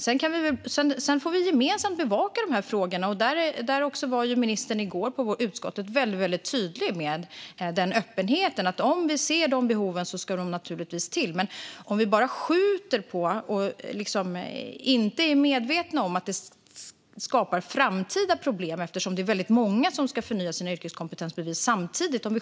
Sedan får vi gemensamt bevaka de här frågorna. Ministern var i går i utskottet tydligt öppen för att om vi ser att det finns ett behov av att förlänga giltighetstiden ska det naturligtvis tillgodoses. Vi ska dock ska vara medvetna om att det skapar framtida problem om vi skjuter giltighetstiden väldigt långt fram, eftersom det är väldigt många som ska förnya sina yrkeskompetensbevis samtidigt.